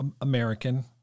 American